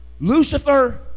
Lucifer